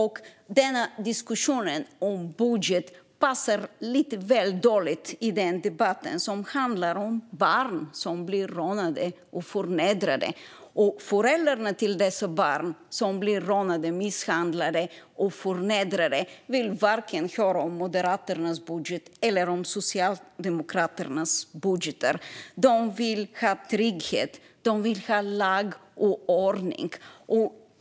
Denna diskussion passar lite väl dåligt i en debatt som handlar om barn som blir rånade och förnedrade. Föräldrarna till de barn som blir rånade, misshandlade och förnedrade vill varken höra om Moderaternas eller om Socialdemokraternas budgetar. De vill ha trygghet. De vill ha lag och ordning.